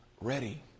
ready